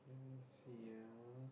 let me see ah